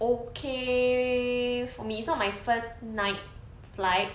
okay for me this [one] my first night flight